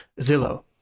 Zillow